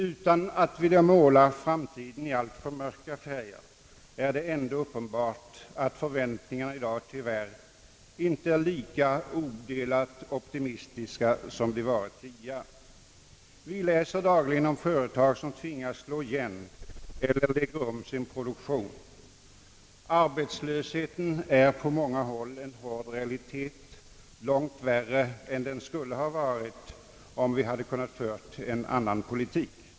Utan att vilja måla framtiden i alltför mörka färger kan det väl ändå sägas vara uppenbart att förväntningarna i dag tyvärr inte är lika odelat optimistiska som de varit tidigare. Vi läser dagligen om företag som tvingas slå igen eller lägga om sin produktion. Arbetslösheten är på många håll en hård realitet, långt värre än den skulle ha varit, om vi kunnat föra en annan politik.